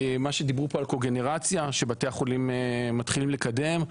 מה שדיברו פה על קוגנרציה שבתי החולים מתחילים לקדם,